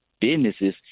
businesses